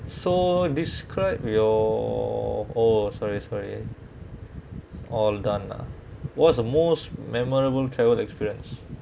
so describe your oh sorry sorry all done ah what's the most memorable travel experience